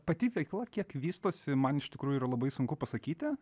pati veikla kiek vystosi man iš tikrųjų yra labai sunku pasakyti